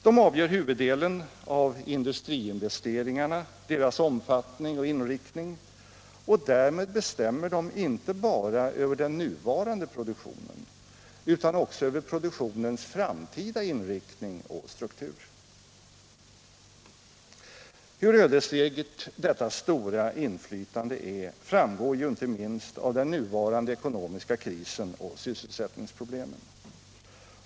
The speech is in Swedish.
De avgör huvuddelen av industriinvesteringarnas omfattning och inriktning, och därmed bestämmer de inte bara över den nuvarande produktionen utan också över produktionens framtida inriktning och struktur. Hur ödesdigert detta stora inflytande är framgår ju inte minst av den nuvarande ekonomiska krisen och sysselsättningsproblemen.